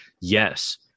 yes